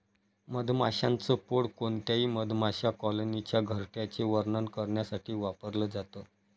मधमाशांच पोळ कोणत्याही मधमाशा कॉलनीच्या घरट्याचे वर्णन करण्यासाठी वापरल जात